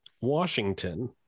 Washington